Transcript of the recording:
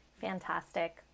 Fantastic